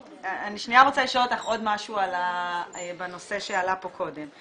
אני שניה רוצה לשאול אותך עוד משהו בנושא שעלה פה קודם.